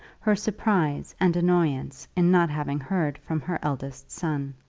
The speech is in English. her surprise and annoyance in not having heard from her eldest son.